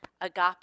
agape